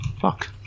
Fuck